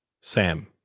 Sam